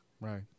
Right